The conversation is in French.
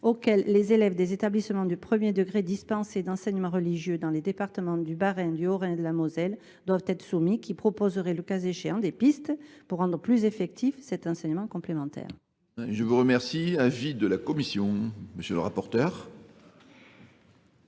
auxquels les élèves des établissements du premier degré dispensés d'enseignement religieux dans les départements du Bahrain, du Haut-Rhin et de la Moselle doivent être soumis qui proposeraient le cas échéant des pistes pour rendre plus effectif cet enseignement complémentaire. Je vous remercie. Un vie de la Commission. Monsieur le rapporteur.